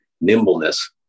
nimbleness